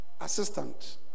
assistant